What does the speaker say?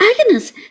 Agnes